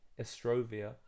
Estrovia